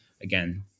Again